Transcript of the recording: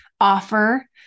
offer